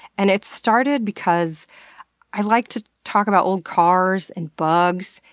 and it started because i like to talk about old cars, and bugs,